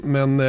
Men